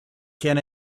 can